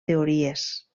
teories